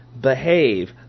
behave